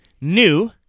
new